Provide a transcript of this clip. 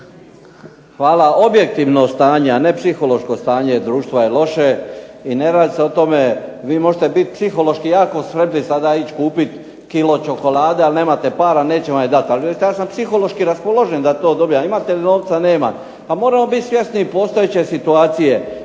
Hvala. Objektivno stanje, a ne psihološko stanje društva je loše i ne radi se o tome. Vi možete biti psihološki jako tvrdi sada ići kupiti kilo čokolade, ali nemate para, neće vam je dati. Ali sad sam psihološki raspoložen da to dobijem, a imate li novca? Nemam! Pa moramo biti svjesni i postojeće situacije.